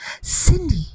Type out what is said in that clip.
Cindy